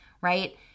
right